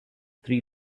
three